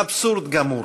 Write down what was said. אבסורד גמור.